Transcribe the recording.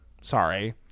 sorry